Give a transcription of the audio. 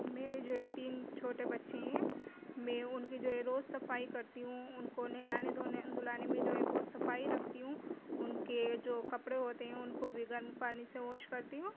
میرے جو ہے تین چھوٹے بچے ہیں میں ان کی جو ہے روز صفائی کرتی ہوں ان کو نہلانے دھونے دھلانے میں جو ہے بہت صفائی رکھتی ہوں ان کے جو کپڑے ہوتے ہیں ان کو بھی گرم پانی سے واش کرتی ہوں